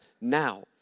now